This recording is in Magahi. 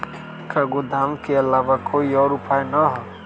का गोदाम के आलावा कोई और उपाय न ह?